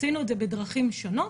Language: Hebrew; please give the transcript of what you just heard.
עשינו את זה בדרכים שונות.